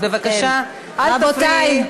אז בבקשה אל תפריע.